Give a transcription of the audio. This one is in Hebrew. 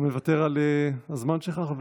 אתה מוותר על הזמן שלך?